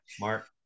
Mark